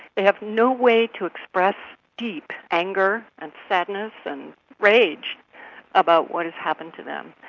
they have no way to express deep anger and sadness and rage about what has happened to them.